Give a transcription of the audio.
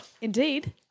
Indeed